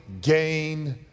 gain